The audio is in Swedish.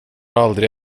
aldrig